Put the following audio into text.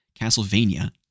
Castlevania